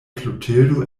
klotildo